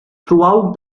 throughout